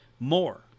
More